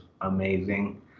amazing